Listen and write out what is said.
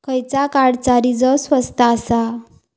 खयच्या कार्डचा रिचार्ज स्वस्त आसा?